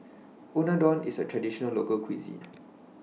Unadon IS A Traditional Local Cuisine